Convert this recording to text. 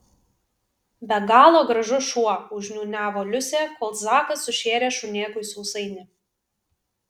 be galo gražus šuo užniūniavo liusė kol zakas sušėrė šunėkui sausainį